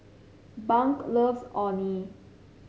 Bunk loves Orh Nee